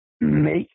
make